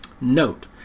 Note